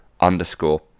underscore